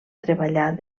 treballar